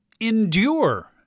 Endure